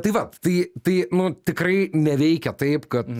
tai vat tai tai nu tikrai neveikia taip kad